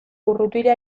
urrutira